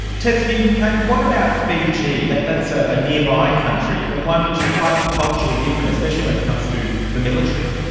tess newton cain, what about fiji? that's ah a nearby country but one which is quite culturally different, especially when it comes to the military.